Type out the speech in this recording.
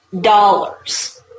dollars